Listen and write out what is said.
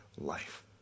life